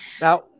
Now